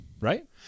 Right